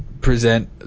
present